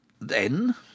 Then